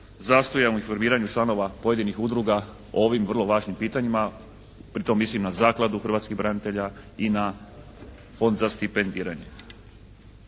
zastoja u informiranju članova pojedinih udruga o ovim vrlo važnim pitanjima, pri tome mislim na zakladu hrvatskih branitelja i na Fond za stipendiranje.